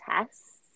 tests